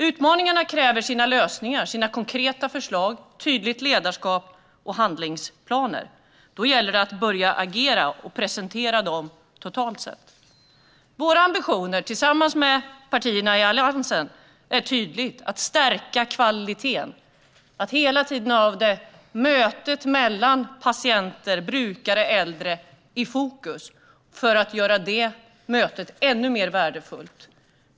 Utmaningarna kräver sina lösningar, sina konkreta förslag och ett tydligt ledarskap och handlingsplaner. Då gäller det att börja agera och presentera dem totalt sett. Våra ambitioner tillsammans med de övriga partierna i Alliansen är tydliga: att stärka kvaliteten och att hela tiden ha mötet med patienter, brukare och äldre i fokus för att göra mötet ännu mer värdefullt.